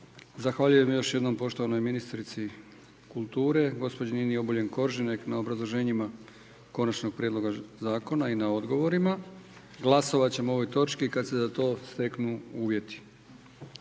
Zahvaljujem još jednom poštovanoj ministrici kulture gospođi Nini Obuljen Koržinek na obrazloženjima konačnog prijedloga zakona i na odgovorima. Glasovat ćemo o ovoj točki kad se za to steknu uvjeti.